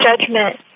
judgment